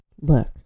Look